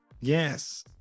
yes